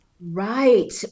Right